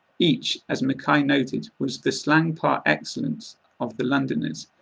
each, as mackay noted, was the slang par excellence of the londoners,